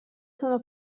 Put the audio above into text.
sono